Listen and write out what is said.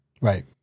Right